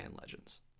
Legends